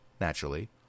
naturally